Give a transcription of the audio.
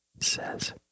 says